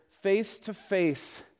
face-to-face